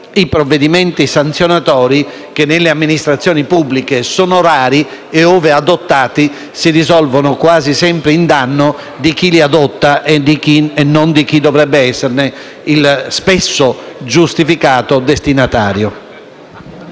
i provvedimenti sanzionatori che nelle amministrazioni pubbliche sono rari e, ove adottati, si risolvono quasi sempre in danno di chi li adotta e non di chi dovrebbe esserne spesso il giustificato destinatario.